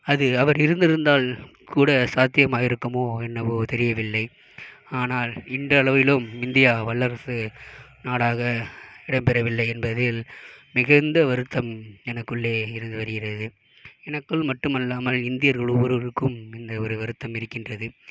அது அவர் இருந்திருந்தால் கூட சாத்தியமாயிருக்குமோ என்னமோ தெரியவில்லை ஆனால் இன்றளவிலும் இந்தியா வல்லரசு நாடாக இடம்பெறவில்லை என்பதில் மிகுந்த வருத்தம் எனக்குள்ளே இருந்து வருகிறது எனக்குள் மட்டுமல்லாமல் இந்தியர்கள் ஒவ்வொருவருக்கும் இந்த ஒரு வருத்தம் இருக்கின்றது